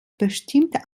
bestimmte